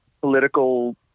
political